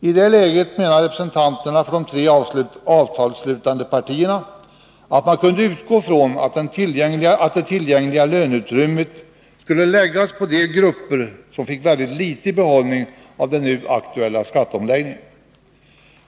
I det läget menade representanterna för de tre avtalsslutande partierna, att man kunde utgå från att det tillgängliga löneutrymmet skulle läggas på de grupper som fick väldigt litet i behållning av den nu aktuella skatteomläggningen.